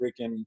freaking